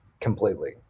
completely